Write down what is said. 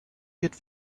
wird